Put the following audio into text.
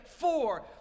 four